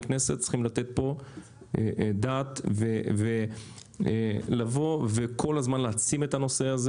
כנסת צריכים לתת פה דעת ולבוא וכל הזמן להעצים את הנושא הזה.